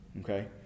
Okay